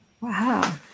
Wow